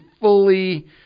fully